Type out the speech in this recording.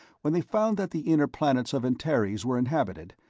when they found that the inner planets of antares were inhabited,